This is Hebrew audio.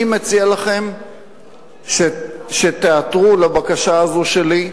אני מציע לכם שתיעתרו לבקשה הזאת שלי,